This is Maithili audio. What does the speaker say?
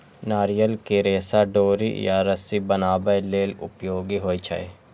नारियल के रेशा डोरी या रस्सी बनाबै लेल उपयोगी होइ छै